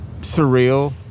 surreal